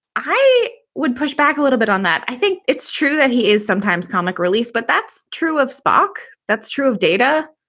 i would push back a little bit on that. i think it's true that he is sometimes comic relief. but that's true of spock. that's true of data.